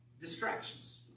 distractions